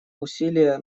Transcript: усилия